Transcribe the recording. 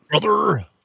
brother